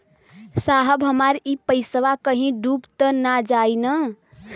साहब हमार इ पइसवा कहि डूब त ना जाई न?